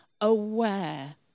aware